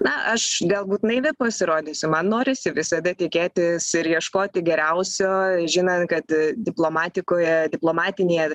na aš galbūt naivi pasirodysiu man norisi visada tikėtis ir ieškoti geriausio žinant kad diplomatikoje diplomatinėje